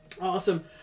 Awesome